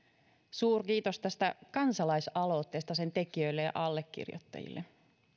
suurkiitos tästä kansalaisaloitteesta sen tekijöille ja allekirjoittajille